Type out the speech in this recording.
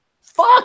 fuck